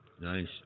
Nice